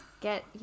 Get